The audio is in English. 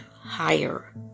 higher